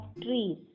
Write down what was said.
trees